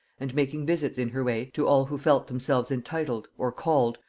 and making visits in her way to all who felt themselves entitled, or called,